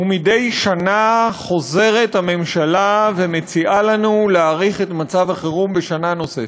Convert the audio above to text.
ומדי שנה חוזרת הממשלה ומציעה לנו להאריך את מצב החירום בשנה נוספת.